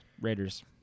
Raiders